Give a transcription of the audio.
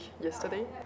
yesterday